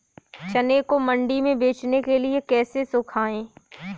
चने को मंडी में बेचने के लिए कैसे सुखाएँ?